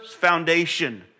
foundation